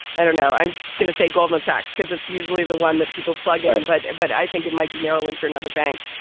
i don't know. i'm just going to say goldman sachs because it's usually the one that people plug in. but and but i think it might be merrill lynch or another bank.